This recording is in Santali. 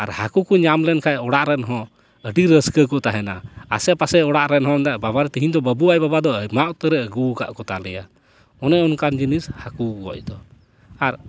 ᱟᱨ ᱦᱟᱹᱠᱩ ᱠᱚ ᱧᱟᱢ ᱞᱮᱱᱠᱷᱟᱱ ᱚᱲᱟᱜ ᱨᱮᱱ ᱦᱚᱸ ᱟᱹᱰᱤ ᱨᱟᱹᱥᱠᱟᱹ ᱠᱚ ᱛᱟᱦᱮᱱᱟ ᱟᱥᱮᱼᱯᱟᱥᱮ ᱚᱲᱟᱜ ᱨᱮᱱ ᱦᱚᱸ ᱢᱮᱱ ᱫᱟᱭ ᱵᱟᱵᱟᱨᱮ ᱛᱮᱦᱮᱧ ᱫᱚ ᱵᱟᱹᱵᱩ ᱟᱡ ᱵᱟᱵᱟ ᱫᱚ ᱟᱭᱢᱟ ᱩᱛᱟᱹᱨᱮ ᱟᱹᱜᱩᱣ ᱠᱟᱫ ᱠᱚᱛᱟᱞᱮᱭᱟ ᱚᱱᱮ ᱚᱱᱠᱟᱱ ᱡᱤᱱᱤᱥ ᱦᱟᱹᱠᱩ ᱜᱚᱡ ᱫᱚ ᱟᱨ